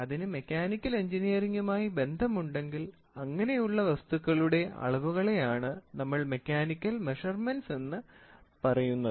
അതിനു മെക്കാനിക്കൽ എൻജിനീയറിങ്മായി ബന്ധമുണ്ടെങ്കിൽ അങ്ങനെയുള്ള വസ്തുക്കളുടെ അളവുകളെയാണ് നമ്മൾ മെക്കാനിക്കൽ മെഷർമെൻറ്സ് എന്ന് പറയുന്നത്